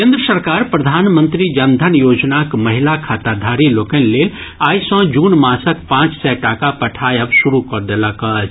केन्द्र सरकार प्रधानमंत्री जन धन योजनाक महिला खाताधारी लोकनि लेल आइ सँ जून मासक पांच सय टाका पठायब शुरू कऽ देलक अछि